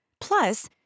Plus